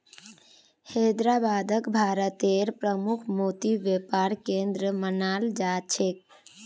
हैदराबादक भारतेर प्रमुख मोती व्यापार केंद्र मानाल जा छेक